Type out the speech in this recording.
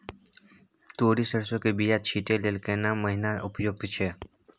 तोरी, सरसो के बीया छींटै लेल केना महीना उपयुक्त छै?